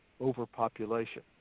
Overpopulation